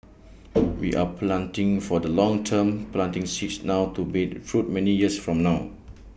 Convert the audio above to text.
we are planting for the long term planting seeds now to bear fruit many years from now